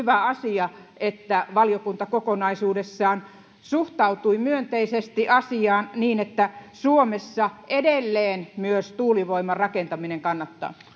hyvä asia että valiokunta kokonaisuudessaan suhtautui myönteisesti asiaan niin että suomessa edelleen myös tuulivoiman rakentaminen kannattaa